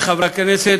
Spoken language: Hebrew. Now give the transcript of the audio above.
חברי חברי הכנסת,